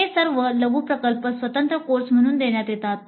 हे सर्व लघु प्रकल्प स्वतंत्र कोर्स म्हणून देण्यात येतात